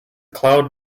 cloud